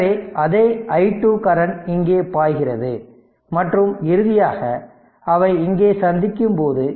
எனவே அதே i2 current இங்கே பாய்கிறது மற்றும் இறுதியாக அவை இங்கே சந்திக்கும் போது